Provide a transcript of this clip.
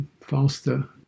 faster